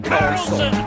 Carlson